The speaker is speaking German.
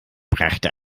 brachte